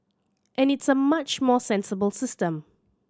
and it's a much more sensible system